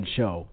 Show